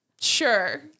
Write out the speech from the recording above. Sure